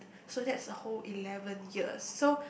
so that's the whole eleven years so